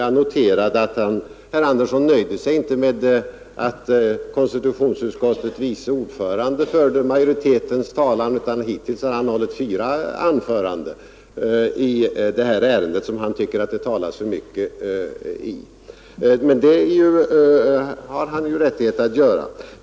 Jag noterar att herr Andersson inte nöjde sig med att konstitutionsutskottets vice ordförande förde majoritetens talan. Hittills har herr Andersson själv hållit fyra anföranden i det här ärendet som han tycker att det talas för mycket i. Men det har han ju rättighet att göra.